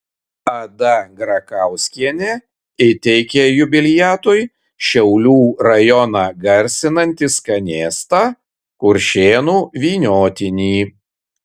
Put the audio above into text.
ada grakauskienė įteikė jubiliatui šiaulių rajoną garsinantį skanėstą kuršėnų vyniotinį